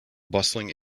bustling